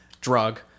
drug